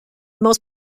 most